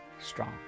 strong